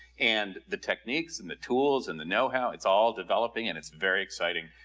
and the techniques, and the tools, and the know how, it's all developing and it's very exciting.